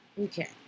Okay